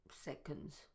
Seconds